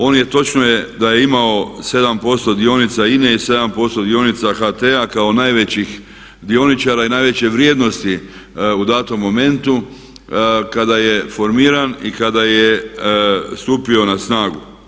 Ovdje točno je, da je imao 7% dionica INE i 7% dionica HT-a kao najvećih dioničara i najveće vrijednosti u datom momentu, kada je formiran i kada je stupio na snagu.